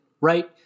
right